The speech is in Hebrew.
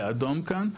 באדום כאן,